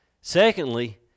Secondly